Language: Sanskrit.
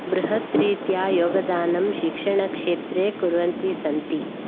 बृहत् रीत्या योगदानं शिक्षणक्षेत्रे कुर्वन्ती सन्ति